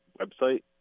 website